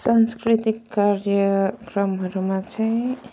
सांस्कृतिक कार्यक्रमहरूमा चाहिँ